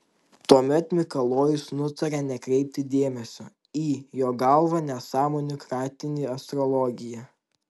tuomet mikalojus nutarė nekreipti dėmesio į jo galva nesąmonių kratinį astrologiją